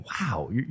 Wow